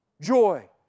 Joy